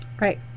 Right